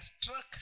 struck